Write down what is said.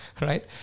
right